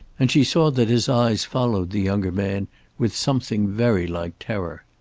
and she saw that his eyes followed the younger man with something very like terror.